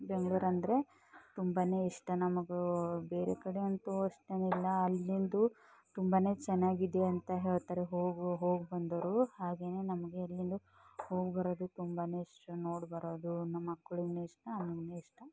ಬೆಂಗ್ಳೂರು ಅಂದರೆ ತುಂಬನೇ ಇಷ್ಟ ನಮಗೆ ಬೇರೆ ಕಡೆಯಂತೂ ಅಷ್ಟೇನಿಲ್ಲ ಅಲ್ಲಿಂದು ತುಂಬನೇ ಚೆನ್ನಾಗಿದೆ ಅಂತ ಹೇಳ್ತಾರೆ ಹೋಗಿ ಹೋಗಿ ಬಂದವರು ಹಾಗೆನೇ ನಮಗೆ ಅಲ್ಲಿಂದು ಹೋಗಿಬರೋದು ತುಂಬನೇ ಇಷ್ಟ ನೋಡಿಬರೋದು ನಮ್ಮ ಮಕ್ಕಳಿಗೂ ಇಷ್ಟ ಇಷ್ಟ